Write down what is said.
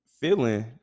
feeling